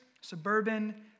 suburban